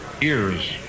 ears